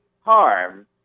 harm